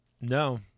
No